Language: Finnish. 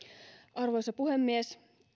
arvoisa puhemies